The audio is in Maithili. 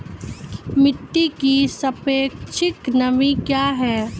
मिटी की सापेक्षिक नमी कया हैं?